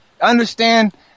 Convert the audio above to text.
Understand